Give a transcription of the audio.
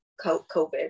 COVID